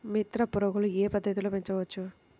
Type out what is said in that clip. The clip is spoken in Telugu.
మిత్ర పురుగులు ఏ పద్దతిలో పెంచవచ్చు?